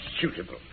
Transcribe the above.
suitable